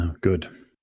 Good